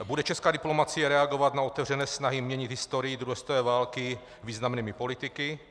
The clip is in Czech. Bude česká diplomacie reagovat na otevřené snahy měnit historii druhé světové války významnými politiky?